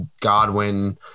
Godwin